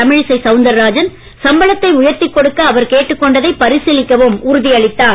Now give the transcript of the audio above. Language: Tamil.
தமிழசை சவுந்தரராஜன் சம்பளத்தை உயர்த்திக் கொடுக்க அவர் கேட்டுக் கொண்டதை பரிசீலிக்கவும் உறுதியளித்தார்